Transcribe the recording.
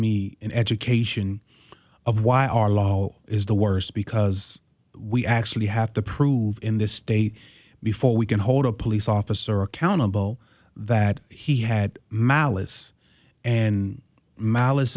me an education of why arlo is the worst because we actually have to prove in this state before we can hold a police officer accountable that he had malice and malice